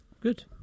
Good